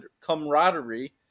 camaraderie